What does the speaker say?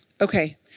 Okay